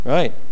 Right